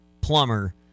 plumber